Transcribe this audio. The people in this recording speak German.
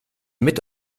mit